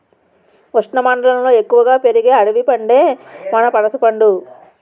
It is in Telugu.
ఉష్ణమండలంలో ఎక్కువగా పెరిగే అడవి పండే మన పనసపండు